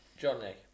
Johnny